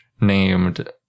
named